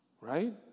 Right